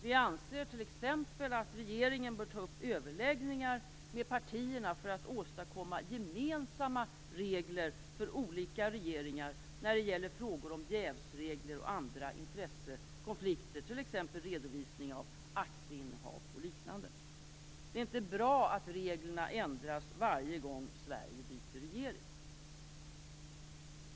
Vi anser t.ex. att regeringen bör ta upp överläggningar med partierna för att åstadkomma gemensamma regler för olika regeringar när det gäller frågor om jävsregler och andra intressekonflikter, t.ex. redovisning av aktieinnehav och liknande. Det är inte bra att reglerna ändras varje gång Sverige byter regering.